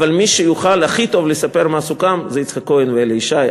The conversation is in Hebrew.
אבל מי שיוכל הכי טוב לספר מה סוכם זה יצחק כהן ואלי ישי.